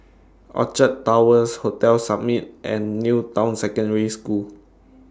Orchard Towers Hotel Summit and New Town Secondary School